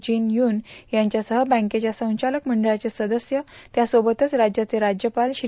gene Yun यांच्यासह बँकेच्या संचालक मंडळाचे सदस्य त्यासोबतच राज्याचे राज्यपाल श्री